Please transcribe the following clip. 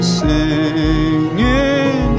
singing